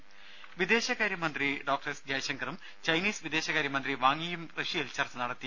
രുര വിദേശകാര്യമന്ത്രി Dr S ജയശങ്കറും ചൈനീസ് വിദേശകാര്യമന്ത്രി വാങ് യിയും റഷ്യയിൽ ചർച്ച നടത്തി